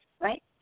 right